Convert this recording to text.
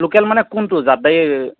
local মানে কোনটো জাত এই